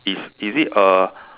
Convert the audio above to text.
is is it a